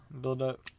buildup